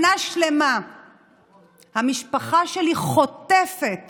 שנה שלמה המשפחה שלי חוטפת